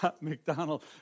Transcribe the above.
McDonald